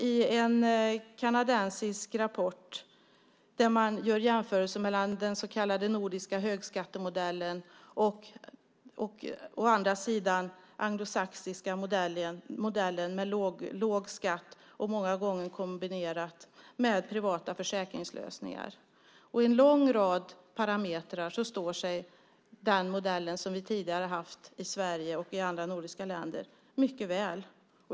I en kanadensisk rapport har man gjort jämförelser mellan den så kallade nordiska högskattemodellen och den anglosaxiska modellen med låg skatt, många gånger kombinerat med privata försäkringslösningar. I en lång rad parametrar står sig modellen som vi tidigare haft i Sverige och i andra nordiska länder mycket väl.